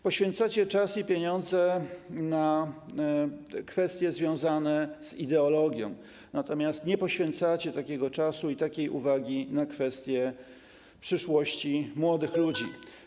Poświęcacie czas i pieniądze na kwestie związane z ideologią, natomiast nie poświęcacie takiego czasu i takiej uwagi na kwestie przyszłości młodych ludzi.